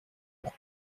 pour